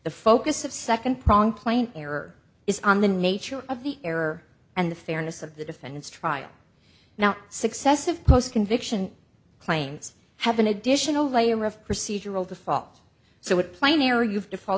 the focus of second prong plain error is on the nature of the error and the fairness of the defendant's trial now successive post conviction planes have an additional layer of procedural default so it plainer you've defaul